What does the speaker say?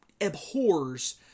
abhors